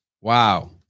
Wow